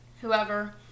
whoever